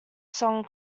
song